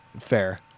Fair